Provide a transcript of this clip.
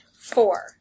Four